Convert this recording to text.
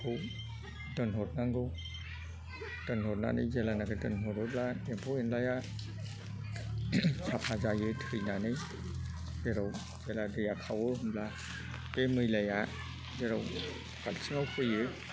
खौ दोनहरनांगौ दोनहरनानै जेब्लानाखि दोनहरोब्ला एम्फौ एनलाया साफा जायो थैनानै जेराव जेला दैया खावो होमब्ला बे मैलाया जेराव बाल्टिंआव फैयो